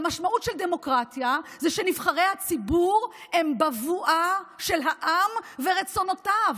והמשמעות של דמוקרטיה היא שנבחרי הציבור הם בבואה של העם ורצונותיו.